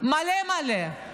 מלא מלא,